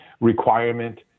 requirement